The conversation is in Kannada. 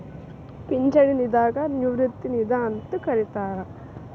ಪಿಂಚಣಿ ನಿಧಿಗ ನಿವೃತ್ತಿ ನಿಧಿ ಅಂತೂ ಕರಿತಾರ